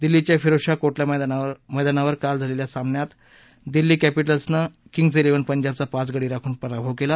दिल्लीच्या फिरोजशहा कोटला मैदानावर झालेल्या सामन्यात काल दिल्ली कॅपिटल्सनं किंग्ज इलेव्हन पंजाबचा पाच गडी राखून पराभव केला